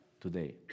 today